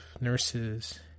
nurses